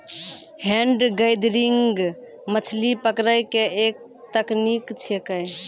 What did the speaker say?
hand gathering मछली पकड़ै के एक तकनीक छेकै